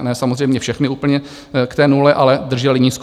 Ne samozřejmě všechny úplně k té nule, ale držely nízko.